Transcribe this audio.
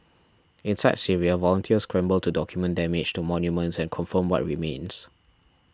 inside Syria volunteers scramble to document damage to monuments and confirm what remains